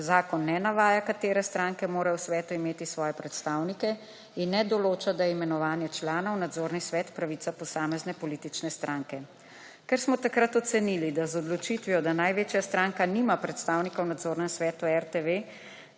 Zakon ne navaja katere stranke morajo v svetu imeti svoje predstavnike in ne določa, da je imenovanje članov nadzorni svet pravica posamezne politične stranke. Ker smo takrat ocenili, da največja stranka nima predstavnikov v nadzornem svetu RTV,